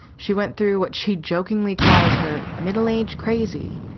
she went through what she jokingly calls her middle age crazy,